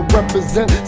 represent